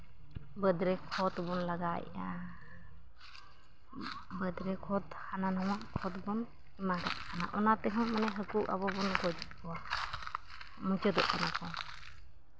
ᱵᱟᱹᱫᱽ ᱨᱮ ᱠᱷᱚᱛ ᱵᱚᱱ ᱞᱟᱜᱟᱣᱮᱫᱼᱟ ᱵᱟᱹᱫᱽ ᱨᱮ ᱠᱷᱚᱛ ᱦᱟᱱᱟ ᱱᱟᱣᱟ ᱠᱷᱚᱛ ᱵᱚᱱ ᱮᱢᱟᱜᱟᱜ ᱠᱟᱱᱟ ᱚᱱᱟᱛᱮᱦᱚᱸ ᱢᱟᱱᱮ ᱦᱟᱹᱠᱩ ᱟᱵᱚ ᱵᱚᱱ ᱜᱚᱡ ᱠᱚᱣᱟ ᱢᱩᱪᱟᱹᱫᱚᱜ ᱠᱟᱱᱟ ᱠᱚ